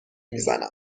میزنم